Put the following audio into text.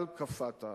אבל קפאת,